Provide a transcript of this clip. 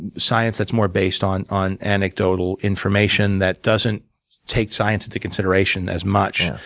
science that's more based on on anecdotal information that doesn't take science into consideration as much.